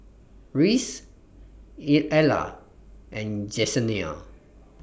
Reece Ella and Jesenia